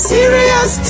Serious